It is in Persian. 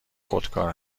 خودکار